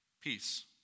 peace